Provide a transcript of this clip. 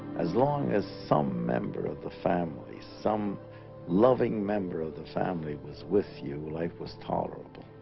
as long as some member of the family some loving member of the family was with you life was tolerable